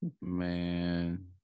Man